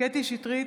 קטי קטרין שטרית,